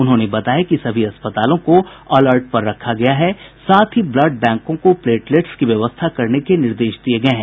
उन्होंने बताया कि सभी अस्पतालों को अलर्ट पर रखा गया है साथ ही ब्लड बैंकों को प्लेटलेट्स की व्यवस्था करने के निर्देश दिये गये हैं